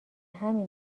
همین